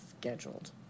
scheduled